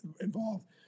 involved